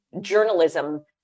journalism